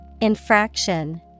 Infraction